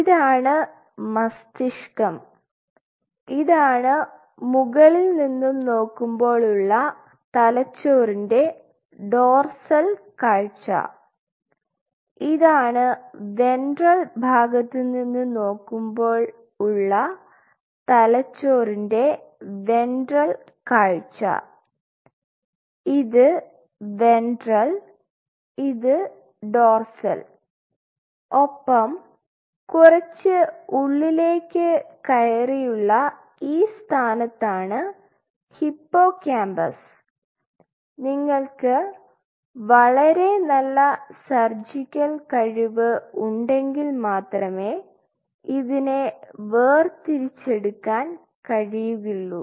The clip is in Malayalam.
ഇതാണ് മസ്തിഷ്കം ഇതാണ് മുകളിൽ നിന്നും നോക്കുമ്പോൾ ഉള്ള തലച്ചോറിൻറെ ഡോർസൽ കാഴ്ച ഇതാണ് വെൻട്രൽ ഭാഗത്ത് നിന്ന് നോക്കുമ്പോൾ ഉള്ള തലച്ചോറിൻറെ വെൻട്രൽ കാഴ്ച ഇത് വെൻട്രൽ ഇത് ഡോർസൽ ഒപ്പം കുറച്ച് ഉള്ളിലേക്ക് കയറിയുള്ള ഈ സ്ഥാനത്താണ് ഹിപ്പോകാമ്പസ് നിങ്ങൾക്ക് വളരെ നല്ല സർജിക്കൽ കഴിവ് ഉണ്ടെങ്കിൽ മാത്രമേ ഇതിനെ വേർതിരിച്ച് എടുക്കാൻ കഴിയുകയുള്ളൂ